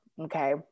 Okay